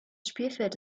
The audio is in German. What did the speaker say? spielfeld